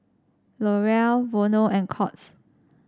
L'Oreal Vono and Courts